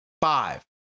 Five